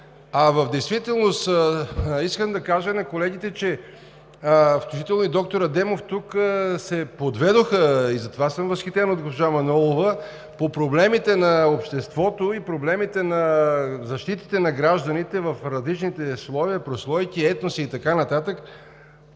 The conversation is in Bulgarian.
В действителност искам да кажа на колегите, включително и на доктор Адемов, че тук се подведоха – затова съм възхитен от госпожа Манолова – по проблемите на обществото и проблемите на защитите на гражданите в различните слоеве, прослойки, етноси и така нататък,